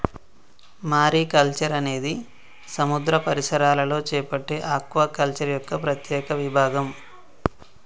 mariculture అనేది సముద్ర పరిసరాలలో చేపట్టే ఆక్వాకల్చర్ యొక్క ప్రత్యేక విభాగం